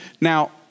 Now